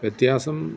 വ്യത്യാസം